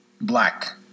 Black